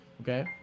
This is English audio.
Okay